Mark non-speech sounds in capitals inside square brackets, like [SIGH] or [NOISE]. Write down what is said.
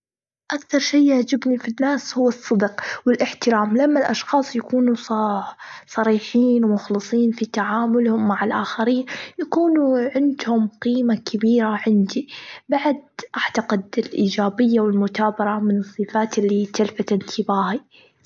[NOISE] أكتر شي يعجبني في الناس هو الصدق والإحترام لما الأشخاص يكون صا- صريحين ومخلصين في تعاملهم مع الآخرين يكونوا عندهم قيمة كبيرة عندي بعد أحتقد الإيجابية والمتابرة من الصفات اللي تلفت انتباهي.